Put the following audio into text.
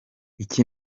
iki